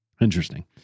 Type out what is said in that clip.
Interesting